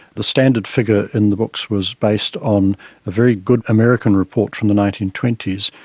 the standard figure in the books was based on a very good american report from the nineteen twenty s,